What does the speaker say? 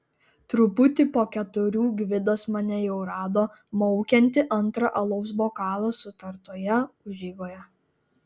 truputį po keturių gvidas mane jau rado maukiantį antrą alaus bokalą sutartoje užeigoje